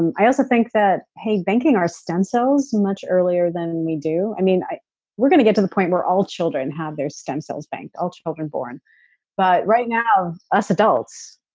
and i also think that hey, banking our stem cells much earlier than we do, i mean we're going to get to the point where all children have their stem cells bank, all children born but right now, us adults,